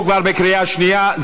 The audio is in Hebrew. הוא כבר בקריאה שנייה.